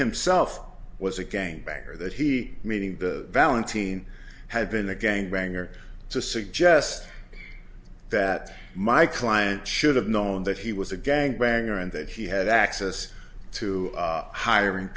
himself was a gang banger that he meaning the valentino had been a gang banger to suggest that my client should have known that he was a gang banger and that he had access to hiring